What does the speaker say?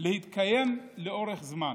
להתקיים לאורך זמן.